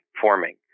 forming